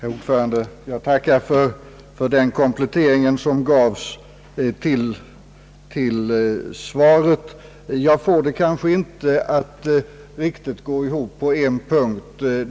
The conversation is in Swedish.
Herr talman! Jag tackar för den komplettering till svaret som jag nu har fått. Jag får det kanske inte att riktigt gå ihop på en punkt.